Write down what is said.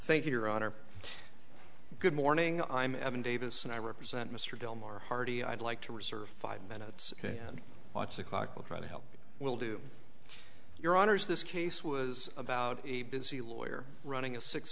thank you your honor good morning i'm evan davis and i represent mr del mar hearty i'd like to reserve five minutes and watch the clock will try to help you will do your honors this case was about a busy lawyer running a six